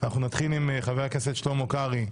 נתחיל עם חברי הכנסת שלמה קרעי,